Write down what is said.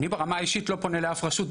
אני ברמה האישית לא פונה לאף רשות.